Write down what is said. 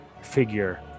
figure